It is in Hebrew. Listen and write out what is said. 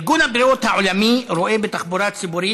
ארגון הבריאות העולמי רואה בתחבורה ציבורית